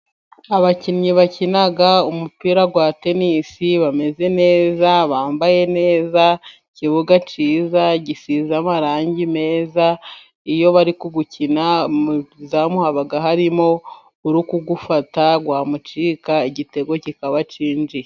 Abakinnyi bakina umupira kwa tenisi, bameze neza, bambaye neza, ikibuga cyiza, gisize amarangi meza, iyo bari gukina mu izamu haba harimo uri kuwufata, wamucika igitego kikaba kinjiye.